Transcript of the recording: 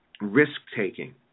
risk-taking